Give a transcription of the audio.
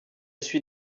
suis